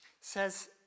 Says